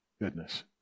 goodness